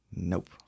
Nope